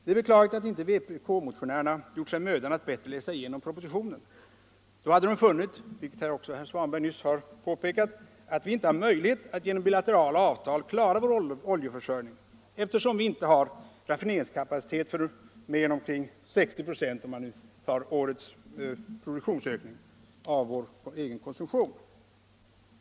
Det är beklagligt att inte vpk-motionärerna gjort sig mödan att bättre läsa igenom propositionen. Då hade de funnit, vilket också herr Svanberg nyss har påpekat, att vi inte har möjlighet att genom bilaterala avtal klara vår oljeförsörjning, eftersom vi inte har raffineringskapacitet för mer än omkring - om man tar hänsyn till årets produktionsökning — 60 96 av vår egen konsumtion.